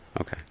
Okay